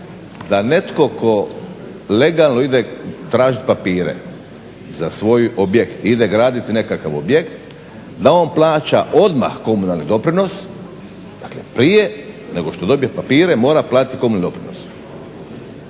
da netko tko legalno ide tražiti papire za svoj objekt, ide graditi nekakav objekt da on plaća odmah komunalni doprinos, dakle prije nego što dobije papire mora platiti komunalni doprinos.